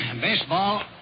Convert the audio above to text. baseball